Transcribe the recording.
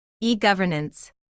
E-governance